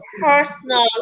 personal